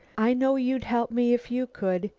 i know you'd help me if you could,